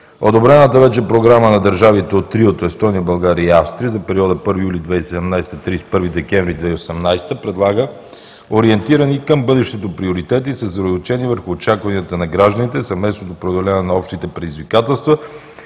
Одобрената вече Програма на държавите от триото – Естония, България и Австрия за периода 1 юли 2017 г. – 31 декември 2018 г., предлага ориентирани към бъдещето приоритети, съсредоточени върху очакванията на гражданите, съвместното преодоляване на общите предизвикателства